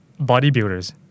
bodybuilders